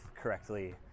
correctly